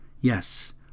yes